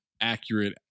accurate